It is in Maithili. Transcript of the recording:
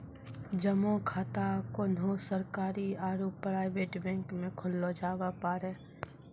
जमा खाता कोन्हो सरकारी आरू प्राइवेट बैंक मे खोल्लो जावै पारै